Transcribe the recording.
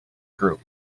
group